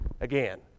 Again